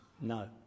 no